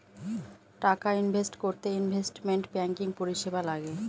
টাকা ইনভেস্ট করতে investment banking পরিষেবা লাগে